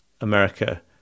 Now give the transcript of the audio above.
america